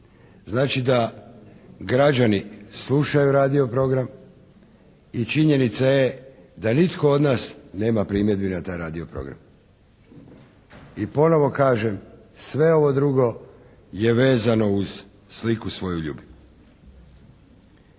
Znači da građani slušaju radio program i činjenica je da nitko od nas nema primjedbi na taj radio program. I ponovno kažem, sve ovo drugo je vezano uz "sliku svoju ljubim".